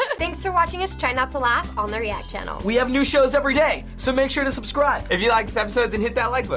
ah thanks for watching us try not to laugh on the react channel. we have new shows every day, so make sure to subscribe. if you like this episode, then hit that like but